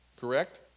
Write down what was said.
Correct